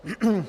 Děkuji.